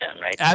right